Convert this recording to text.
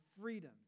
freedom